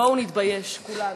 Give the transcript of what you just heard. בואו נתבייש כולנו.